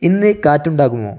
ഇന്ന് കാറ്റുണ്ടാകുമോ